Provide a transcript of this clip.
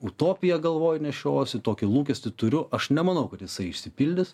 utopiją galvoj nešiojuosi tokį lūkestį turiu aš nemanau kad jisai išsipildys